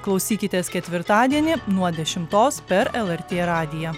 klausykitės ketvirtadienį nuo dešimtos per lrt radiją